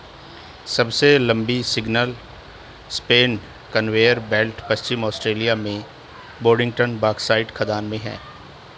सबसे लंबी single span conveyor belt पश्चिमी ऑस्ट्रेलिया में बोडिंगटन बॉक्साइट खदान में है